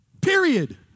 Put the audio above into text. Period